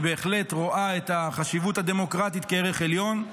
היא בהחלט רואה את החשיבות הדמוקרטית כערך עליון.